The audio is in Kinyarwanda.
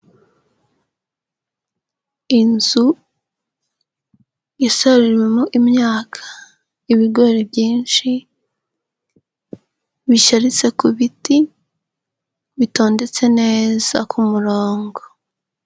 Inzu isaruriwemo imyaka, ibigori byinshi bisharitse ku biti, bitondetse neza ku murongo.